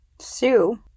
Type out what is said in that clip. Sue